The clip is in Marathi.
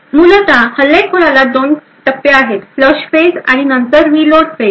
मूलत हल्लेखोराला 2 टप्पे असतात फ्लश फेज आणि नंतर रीलोड फेज